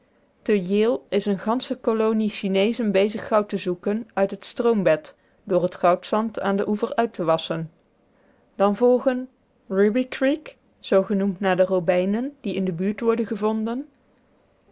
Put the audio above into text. te yale is een gansche kolonie chineezen bezig goud te zoeken uit het stroombed door t goudzand aan den oever uit te wasschen dan volgen ruby creek zoo genoemd naar de robijnen die in de buurt worden gevonden